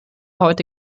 heute